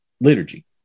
liturgy